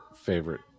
favorite